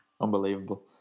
Unbelievable